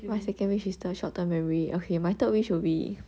my second wish is the short term memory okay my third wish will be